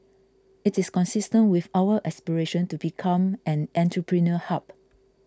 it is consistent with our aspiration to become an entrepreneurial hub